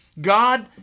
God